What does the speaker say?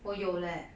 我有 leh